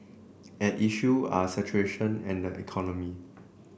at issue are saturation and economy